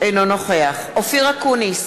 אינו נוכח אופיר אקוניס,